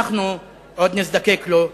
אנחנו עוד נזדקק לו.